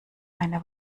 eine